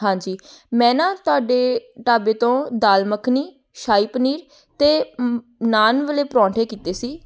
ਹਾਂਜੀ ਮੈਂ ਨਾ ਤੁਹਾਡੇ ਢਾਬੇ ਤੋਂ ਦਾਲ ਮੱਖਣੀ ਸ਼ਾਹੀ ਪਨੀਰ ਅਤੇ ਨਾਨ ਵਾਲੇ ਪਰੌਂਠੇ ਕੀਤੇ ਸੀ